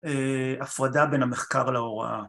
אהה, ‫הפרדה בין המחקר להוראה.